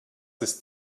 ist